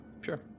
sure